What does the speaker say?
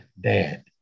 dad